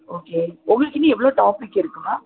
okay உங்களுக்கு இன்னும் எவ்வளோ டாப்பிக் இருக்குது மேம்